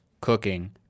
cooking